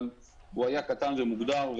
אבל הוא היה קטן ומוגדר,